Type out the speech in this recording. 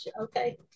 okay